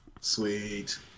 Sweet